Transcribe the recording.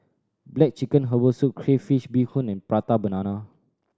black chicken herbal soup crayfish beehoon and Prata Banana